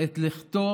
את לכתו